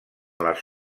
les